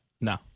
No